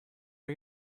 are